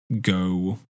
go